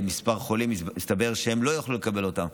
ולמספר חולים הסתבר שהם לא יוכלו לקבל אותה.